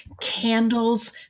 candles